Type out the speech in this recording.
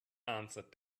answered